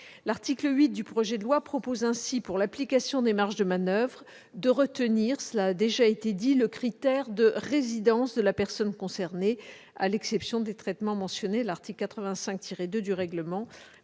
L'article 8 du projet de loi prévoit ainsi de retenir pour l'application des marges de manoeuvre, cela a déjà été dit, le critère de résidence de la personne concernée, à l'exception des traitements mentionnés à l'article 85.2 du règlement